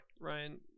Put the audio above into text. Ryan